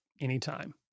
anytime